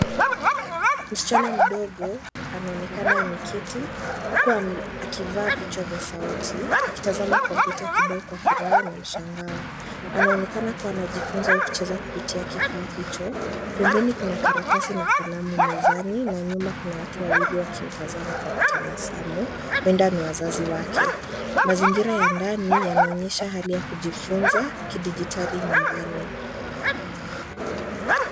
Msichana mdogo, anaonekana ameketi huku akivaa vichwa vya sauti, akitazama kompyuta kibao kwa furaha na mshangao. Anaonekana kuwa anajifunza au kucheza kupitia kifaa hicho. Pembeni kuna karatasi na kalamu mezani na nyuma kuna watu wawili wakimtazama kwa kutabasamu, huenda ni wazazi wake. Mazingira ya ndani yanaonyesha hali ya kujifunza kidijitali nyumbani.